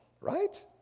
right